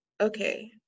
okay